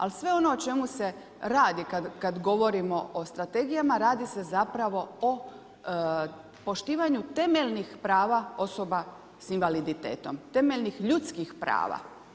Ali, sve ono o čemu se radi, kada govorimo o strategijama, radi se zapravo o poštovanju temeljnih prava osoba s invaliditetom, temeljni ljudskih prava.